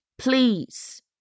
Please